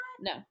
No